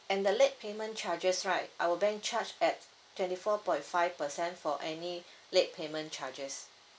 and the late payment charges right our bank charge at twenty four point five percent for any late payment charges